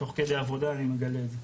תוך כדי עבודה אני מגלה את זה.